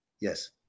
Yes